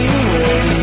away